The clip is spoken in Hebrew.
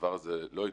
שהדבר הזה לא יתמסמס,